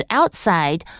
outside